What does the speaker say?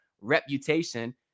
reputation